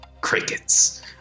Crickets